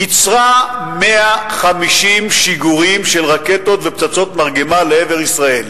ייצרה 150 שיגורים של רקטות ופצצות מרגמה לעבר ישראל.